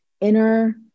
inner